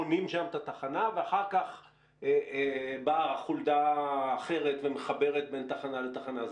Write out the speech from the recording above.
בונים שם את התחנה ואחר כך באה חולדה אחרת ומחברת בין תחנה לתחנה.